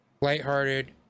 lighthearted